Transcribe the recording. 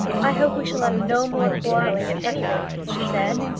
i hope we shall have no more quarrelling at any rate, she said.